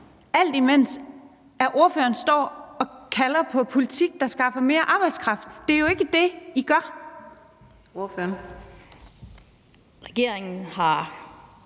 alt imens ordføreren står og kalder på politik, der skaffer mere arbejdskraft. Det er jo ikke det, I gør. Kl. 15:49 Fjerde